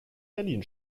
berlin